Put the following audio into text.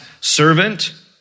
servant